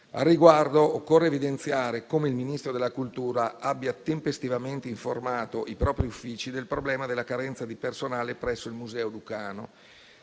Al riguardo occorre evidenziare come il Ministro della cultura abbia tempestivamente informato i propri uffici del problema della carenza di personale presso il museo lucano,